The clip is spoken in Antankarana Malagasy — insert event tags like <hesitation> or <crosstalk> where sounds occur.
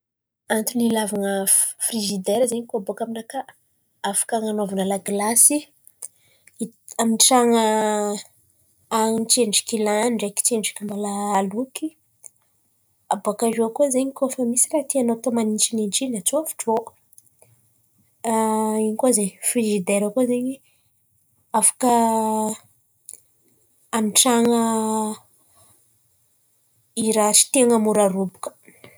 Antony hilavan̈a firizidaira zen̈y; koa baka aminakà, afaka an̈anovan̈a lagilasy, an̈apitran̈a hanin̈y tsendriky lany ndraiky tsendriky mbala aloky. Abòakaio koa koa fa misy raha tianô manintsinintsy in̈y atsofotro ao <hesitation> ino koa zen̈y firidaira koa zen̈y afaka hamitran̈a iraha aseten̈a mora robaka.